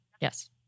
Yes